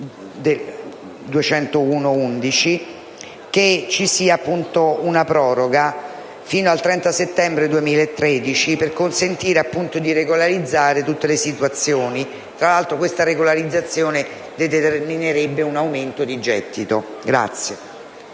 del 2011, vi sia una proroga fino al 30 settembre 2013 per consentire di regolarizzare tutte le situazioni. Tra l'altro questa regolarizzazione determinerebbe un aumento di gettito.